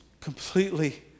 completely